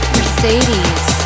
Mercedes